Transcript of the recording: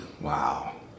Wow